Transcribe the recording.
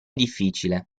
difficile